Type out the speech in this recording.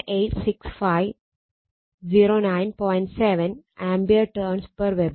7 A T Wb